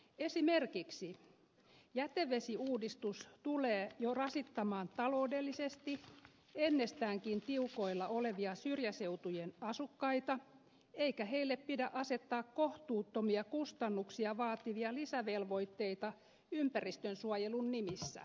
esimerkiksi jätevesiuudistus tulee jo rasittamaan taloudellisesti ennestäänkin tiukoilla olevia syrjäseutujen asukkaita eikä heille pidä asettaa kohtuuttomia kustannuksia vaativia lisävelvoitteita ympäristönsuojelun nimissä